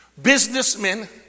Businessmen